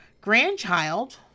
grandchild